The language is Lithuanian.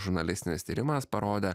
žurnalistinis tyrimas parodė